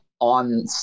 on